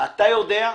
ואתה יודע,